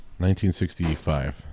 1965